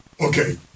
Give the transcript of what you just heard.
Okay